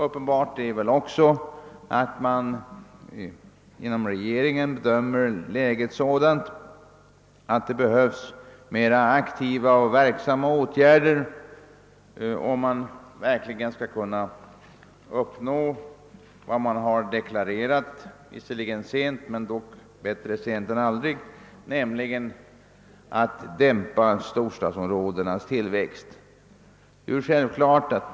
Uppenbart är också att man inom regeringen nu bedömer läget så att det behövs mera aktiva och verksamma åtgärder, om man skall kunna uppnå vad man nu något sent deklarerat — men bättre sent än aldrig — nämligen en dämpning av storstadsområdenas tillväxt.